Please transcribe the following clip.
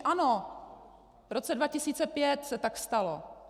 Ano, v roce 2005 se tak stalo.